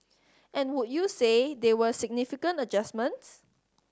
and would you say they were significant adjustments